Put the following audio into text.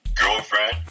girlfriend